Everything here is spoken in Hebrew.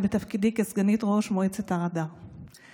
כמי שהתמודדה לראשות מועצת הר אדר,